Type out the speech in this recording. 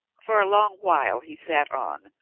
for a long while he sat on,